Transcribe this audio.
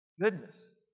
Goodness